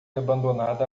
abandonada